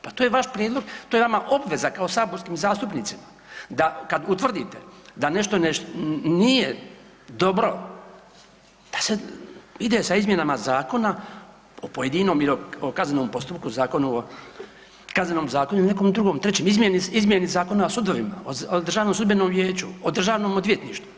Pa to je vaš prijedlog, to je vama obveza kao saborskim zastupnicima da kad utvrdite da nešto nije dobro da se ide sa izmjenama zakona o pojedinom ili o kaznenom postupku, Kaznenom zakonu ili nekom drugom, trećem, izmjeni Zakona o sudovima, o Državnom sudbenom vijeću, o Državnom odvjetništvu.